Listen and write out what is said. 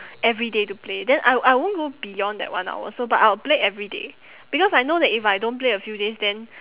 everyday to play then I I won't go beyond that one hour so but I'll play everyday because I know that if I don't play a few days then